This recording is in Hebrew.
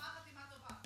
גמר חתימה טובה.